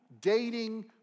dating